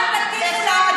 אל תגידו לנו,